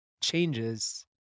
changes